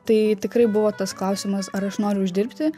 tai tikrai buvo tas klausimas ar aš noriu uždirbti